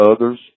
others